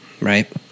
right